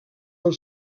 del